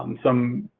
um some